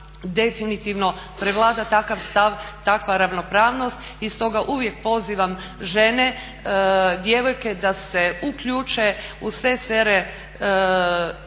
definitivno prevlada takav stav, takva ravnopravnost i stoga uvijek pozivam žene, djevojke da se uključe u sve sfere